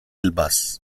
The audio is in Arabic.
الباص